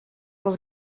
was